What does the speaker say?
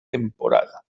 temporada